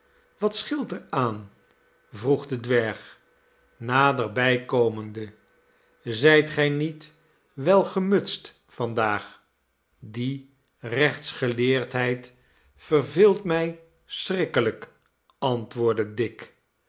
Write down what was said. wat scheelt er aan vroeg de dwerg naderbij komende zijt gij niet wel gemutst vandaag die rechtsgeleerdheid verveelt mij schrikkelijk antwoordde dick